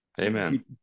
Amen